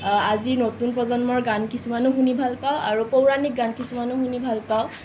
আজি নতুন প্ৰজন্মৰ গান কিছুমানো শুনি ভাল পাওঁ আৰু পৌৰাণিক গান কিছুমানো শুনি ভাল পাওঁ